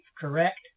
correct